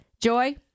Joy